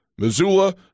Missoula